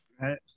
Right